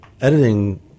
editing